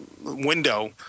window